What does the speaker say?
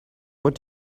what